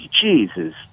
Jesus